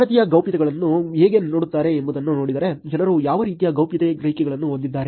ಭಾರತೀಯರು ಗೌಪ್ಯತೆಯನ್ನು ಹೇಗೆ ನೋಡುತ್ತಾರೆ ಎಂಬುದನ್ನು ನೋಡಿದರೆ ಜನರು ಯಾವ ರೀತಿಯ ಗೌಪ್ಯತೆ ಗ್ರಹಿಕೆಗಳನ್ನು ಹೊಂದಿದ್ದಾರೆ